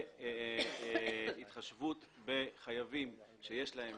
והתחשבות בחייבים שיש להם